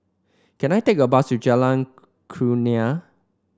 can I take a bus to Jalan Kurnia